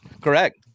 Correct